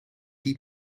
die